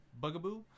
bugaboo